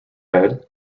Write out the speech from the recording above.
head